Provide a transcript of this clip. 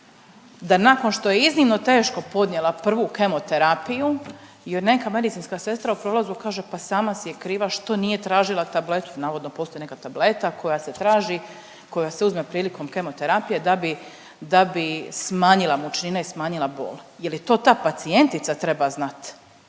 da nakon što je iznimno teško podnijela prvu kemoterapiju joj neka medicinska sestra u prolazu kaže pa sama si je kriva što nije tražila tabletu. Navodno postoji neka tableta koja se traži, koja se uzme prilikom kemoterapije da bi smanjila mučnine i smanjila bol. Je li to ta pacijentica treba znati?